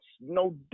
no